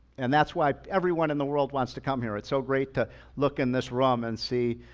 and that's why everyone in the world wants to come here. it's so great to look in this realm and see,